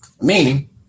Meaning